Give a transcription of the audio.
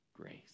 grace